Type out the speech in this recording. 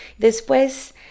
Después